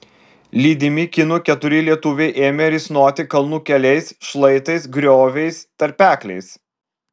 lydimi kinų keturi lietuviai ėmė risnoti kalnų keliais šlaitais grioviais tarpekliais